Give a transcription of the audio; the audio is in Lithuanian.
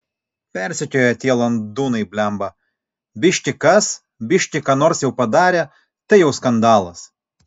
persekioja tie landūnai blemba biški kas biški ką nors jau padarė tai jau skandalas